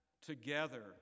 together